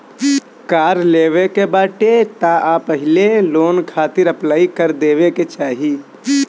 कार लेवे के बाटे तअ पहिले लोन खातिर अप्लाई कर देवे के चाही